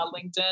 LinkedIn